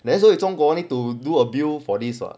there's 所以中国 need to do a bill for this [what]